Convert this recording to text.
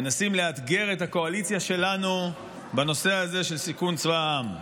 מנסים לאתגר את הקואליציה שלנו בנושא הזה של סיכון צבא העם,